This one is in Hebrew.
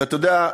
אתה יודע,